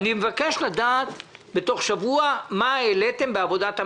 אני מבקש לדעת בתוך שבוע מה העליתם בעבודת המטה.